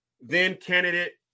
Then-candidate